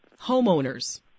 homeowners